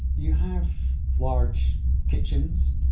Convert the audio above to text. you have large kitchens,